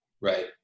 right